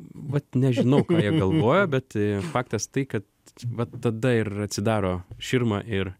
vat nežinau ką jie galvojo bet faktas tai kad vat tada ir atsidaro širma ir